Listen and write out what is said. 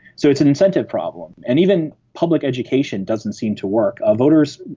so it's an incentive problem. and even public education doesn't seem to work. ah voters,